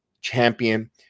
champion